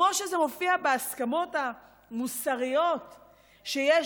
כמו שזה מופיע בהסכמות המוסריות שיש